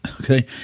Okay